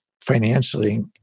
financially